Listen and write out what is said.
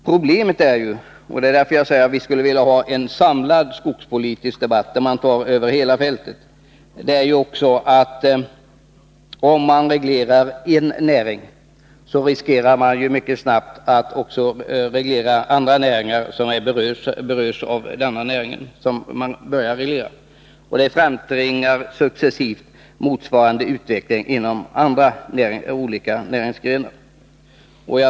Problemet är också — det är därför vi skulle vilja ha en samlad skogspolitisk debatt över hela fältet — att om man reglerar en näring så riskerar man att mycket snabbt få reglera också andra näringar, som berörs av den näring som man börjar reglera. Det framtvingar successivt motsvarande utveckling inom andra näringsgrenar.